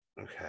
Okay